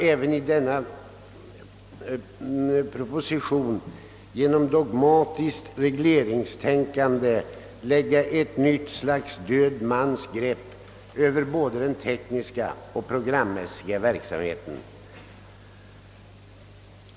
Även i denna proposition har man genom dogmatiskt regleringstänkande lagt ett nytt slags död mans grepp över både den tekniska och den programmässiga verksamheten.